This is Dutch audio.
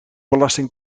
belasting